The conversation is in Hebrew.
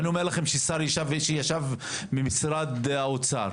ואני אומר לכם ששר שישב במשרד האוצר,